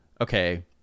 Okay